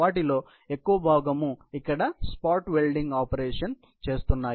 వాటిలో ఎక్కువ భాగం ఇక్కడ స్పాట్ వెల్డింగ్ ఆపరేషన్లు చేస్తున్నాయి